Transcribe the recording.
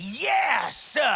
yes